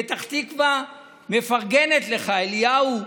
פתח תקווה מפרגנת לך, אליהו.